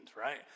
right